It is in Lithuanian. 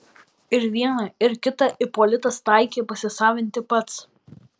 ir vieną ir kitą ipolitas taikė pasisavinti pats